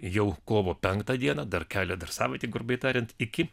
jau kovo penktą dieną dar kelia dar savaitę grubiai tariant iki